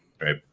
right